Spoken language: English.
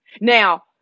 Now